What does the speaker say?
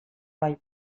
bai